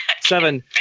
Seven